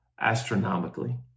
astronomically